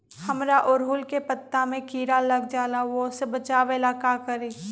हमरा ओरहुल के पत्ता में किरा लग जाला वो से बचाबे ला का करी?